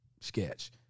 sketch